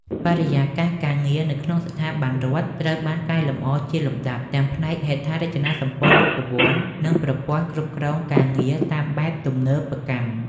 បរិយាកាសការងារនៅក្នុងស្ថាប័នរដ្ឋត្រូវបានកែលម្អជាលំដាប់ ទាំងផ្នែកហេដ្ឋារចនាសម្ព័ន្ធរូបវន្ត និងប្រព័ន្ធគ្រប់គ្រងការងារតាមបែបទំនើបកម្ម។